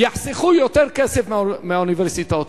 יחסכו יותר כסף מהאוניברסיטאות.